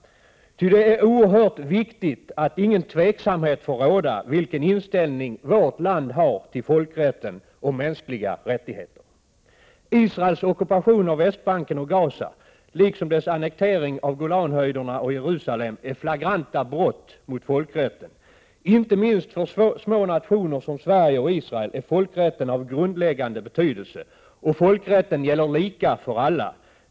Ty det är oerhört viktigt att ingen tveksamhet får råda beträffande vårt lands inställning till folkrätten och mänskliga rättigheter. Israels ockupation av Västbanken och Gaza liksom dess annektering av Golanhöjderna och Jerusalem är flagranta brott mot folkrätten. Inte minst för små nationer som Sverige och Israel är folkrätten av grundläggande betydelse. Och folkrätten gäller lika för alla.